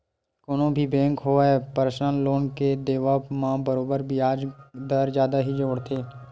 कोनो भी बेंक होवय परसनल लोन के देवब म बरोबर बियाज दर जादा ही जोड़थे